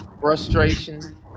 frustration